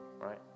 right